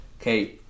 Okay